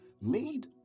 made